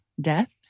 death